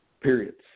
periods